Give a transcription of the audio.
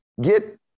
get